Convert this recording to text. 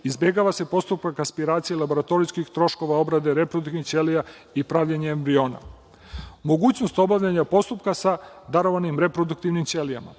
izbegava se postupak aspiracije i laboratorijskih troškova obrade reproduktivnih ćelija i pravljenje embriona. Mogućnost obavljanja postupka sa darovanim reproduktivnim ćelijama,